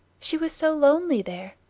she was so lonely there!